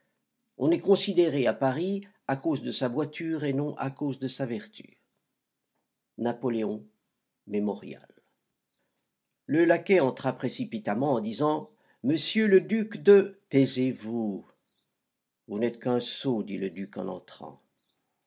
on est considéré à paris à cause de sa voiture et non à cause de sa vertu napoléon mémorial le laquais entra précipitamment en disant monsieur le duc de taisez-vous vous n'êtes qu'un sot dit le duc en entrant